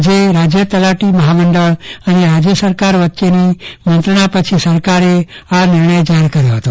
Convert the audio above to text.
આજે રાજ્ય તલાટી મહામંડળ અને રાજ્ય સરકાર વચ્ચેની મંત્રણા પછી સરકારે આ નિર્ણય જાહેરકર્યો હતો